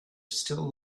still